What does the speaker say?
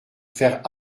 faire